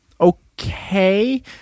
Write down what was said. Okay